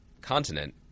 continent